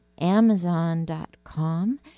Amazon.com